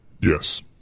Yes